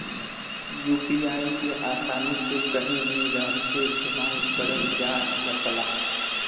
UPI के आसानी से कहीं भी रहके इस्तेमाल करल जा सकला